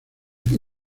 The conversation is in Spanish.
qué